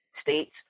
states